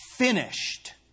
Finished